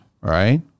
right